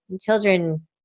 Children